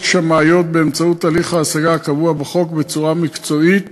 שמאיות באמצעות הליך ההשגה הקבוע בחוק בצורה מקצועית